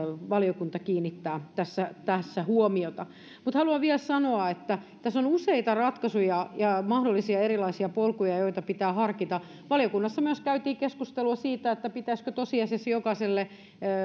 kiinnittää huomiota haluan vielä sanoa että tässä on useita ratkaisuja ja mahdollisia erilaisia polkuja joita pitää harkita valiokunnassa myös käytiin keskustelua siitä pitäisikö tosiasiassa jokaiselle